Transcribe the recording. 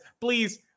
Please